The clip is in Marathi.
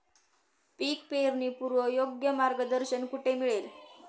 पीक पेरणीपूर्व योग्य मार्गदर्शन कुठे मिळेल?